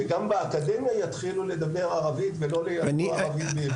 שגם באקדמיה יתחילו לדבר ערבית ולא ילמדו ערבית בעברית.